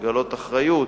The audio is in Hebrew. לגלות אחריות